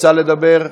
רוצה לדבר?